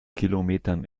kilometern